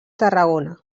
tarragona